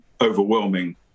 overwhelming